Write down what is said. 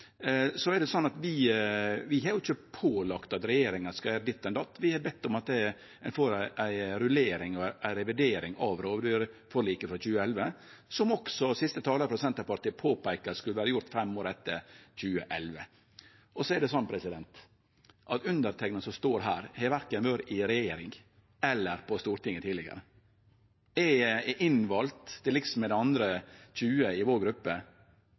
Vi har ikkje pålagt regjeringa å gjere ditt og datt. Vi har bedd om at ein får ei rullering og ei revidering av rovdyrforliket frå 2011, noko også siste talar frå Senterpartiet påpeiker at skulle ha vore gjort fem år etter 2011. Underteikna, som står her, har verken vore i regjering eller på Stortinget tidlegare. Eg er vald inn, til liks med dei 20 andre i gruppa vår,